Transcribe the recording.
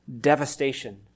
devastation